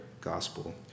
gospel